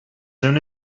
soon